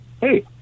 hey